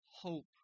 hope